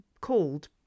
called